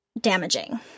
damaging